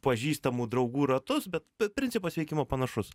pažįstamų draugų ratus bet principas veikimo panašus